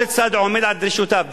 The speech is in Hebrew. כל צד עומד על דרישותיו.